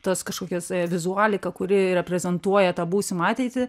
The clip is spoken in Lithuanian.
tas kažkokias vizualiką kuri reprezentuoja tą būsimą ateitį